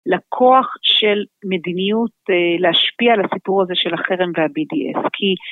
לקוח של מדיניות להשפיע על הסיפור הזה של החרם והבי-די-אס כי